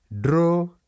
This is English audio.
Draw